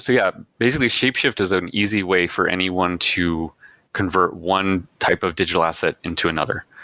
so yeah, basically, shapeshift is an easy way for anyone to convert one type of digital asset into another.